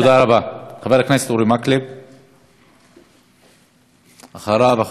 חבר הכנסת אורי מקלב, ואחריו, חבר הכנסת עמיר פרץ.